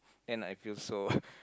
and I feel so